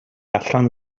allan